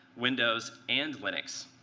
windows, and linux.